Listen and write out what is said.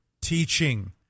teaching